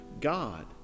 God